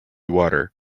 water